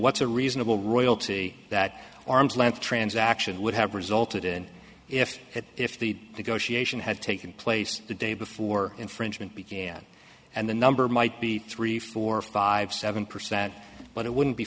what's a reasonable royalty that arm's length transaction would have resulted in if it if the go she had taken place the day before infringement began and the number might be three four five seven percent but it wouldn't be